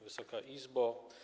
Wysoka Izbo!